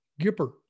Gipper